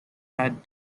had